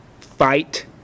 fight